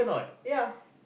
ya